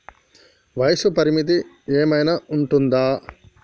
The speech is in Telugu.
వయస్సు పరిమితి ఏమైనా ఉంటుందా?